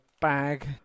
bag